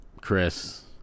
Chris